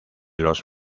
los